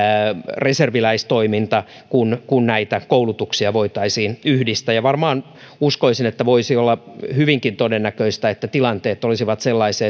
reserviläistoiminta kun kun näitä koulutuksia voitaisiin yhdistää ja uskoisin että varmaan voisi olla hyvinkin todennäköistä että tilanteet olisivat sellaisia